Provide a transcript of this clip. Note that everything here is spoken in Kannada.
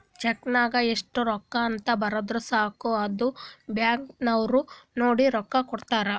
ಚೆಕ್ ನಾಗ್ ಎಸ್ಟ್ ರೊಕ್ಕಾ ಅಂತ್ ಬರ್ದುರ್ ಸಾಕ ಅದು ಬ್ಯಾಂಕ್ ನವ್ರು ನೋಡಿ ರೊಕ್ಕಾ ಕೊಡ್ತಾರ್